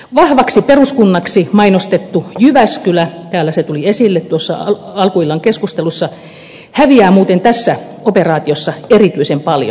vahvaksi peruskunnaksi mainostettu jyväskylä täällä se tuli esille tuossa alkuillan keskustelussa häviää muuten tässä operaatiossa erityisen paljon